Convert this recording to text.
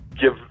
give